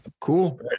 cool